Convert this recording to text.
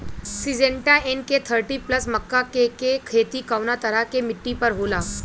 Syngenta NK thirty plus मक्का के के खेती कवना तरह के मिट्टी पर होला?